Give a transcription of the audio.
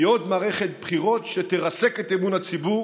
עוד מערכת בחירות שתרסק את אמון הציבור,